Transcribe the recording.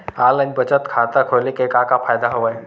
online बचत खाता खोले के का का फ़ायदा हवय